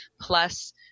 plus